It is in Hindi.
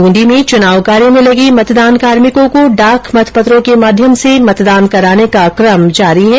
ब्रंदी में चुनाव कार्य में लगे मतदान कार्मिको को डाक मतपत्रों के माध्यम से मतदान कराने का कम जारी हैं